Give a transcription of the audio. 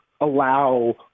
allow